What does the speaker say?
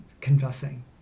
confessing